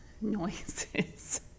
noises